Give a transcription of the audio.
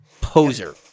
poser